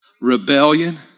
rebellion